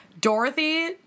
Dorothy